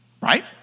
Right